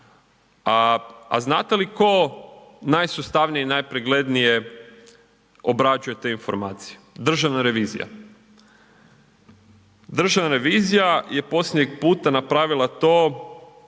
A znate li tko najsustavnije i najpreglednije obrađuje te informacije? Državna revizija. Državna revizija je posljednjeg puta napravila to